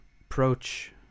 approach